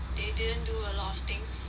they didn't a lot of things